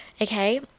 Okay